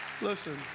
listen